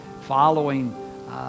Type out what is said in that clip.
following